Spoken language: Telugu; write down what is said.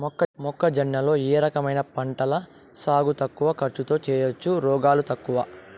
మొక్కజొన్న లో ఏ రకమైన పంటల సాగు తక్కువ ఖర్చుతో చేయచ్చు, రోగాలు తక్కువ?